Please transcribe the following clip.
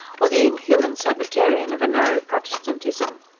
or the inhuman sabbatarian of a narrow protestantism.